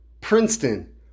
Princeton